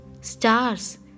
stars